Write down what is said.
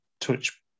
touch